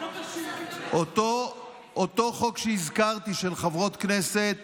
אותו חוק שהזכרתי, של חברות הכנסת